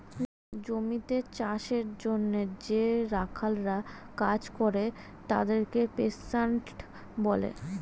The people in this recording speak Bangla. জমিতে চাষের জন্যে যে রাখালরা কাজ করে তাদেরকে পেস্যান্ট বলে